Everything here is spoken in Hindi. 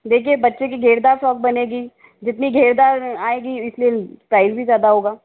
देखिए बच्चे की घेर दार फ्रॉक बनेगी जितनी घेर दार आएगी इसलिए प्राइस भी ज़्यादा होगा